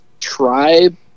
Tribe